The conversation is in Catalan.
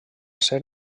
ser